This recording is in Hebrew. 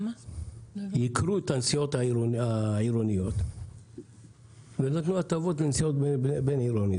הם ייקרו את הנסיעות העירוניות ונתנו הטבות לנסיעות בין-עירוניות.